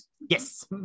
Yes